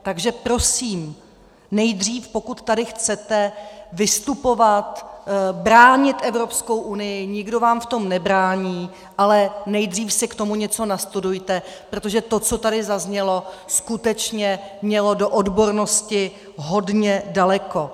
Takže prosím nejdřív, pokud tady chcete vystupovat a bránit Evropskou unii, nikdo vám v tom nebrání, ale nejdřív si k tomu něco nastudujte, protože to, co tady zaznělo, skutečně mělo do odbornosti hodně daleko.